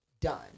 done